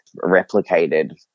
replicated